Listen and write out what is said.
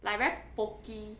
like very pokey